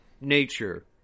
nature